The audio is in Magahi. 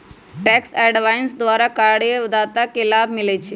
टैक्स अवॉइडेंस द्वारा करदाता के लाभ मिलइ छै